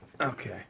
Okay